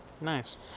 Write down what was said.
Nice